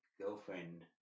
girlfriend